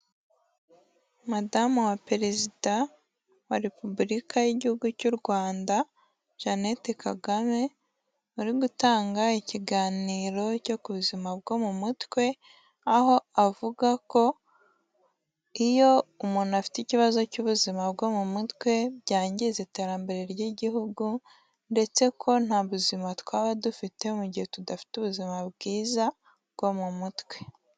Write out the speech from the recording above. Madamu wa perezida wa repubulika y'igihugu cy'u Rwanda Janete Kagame uri gutanga ikiganiro cyo ku buzima bwo mu mutwe, aho avuga ko iyo umuntu afite ikibazo cy'ubuzima bwo mu mutwe byangiza iterambere ry'igihugu ndetse ko nta buzima twaba dufite mu gihe tudafite ubuzima bwiza bwo mu mutwe.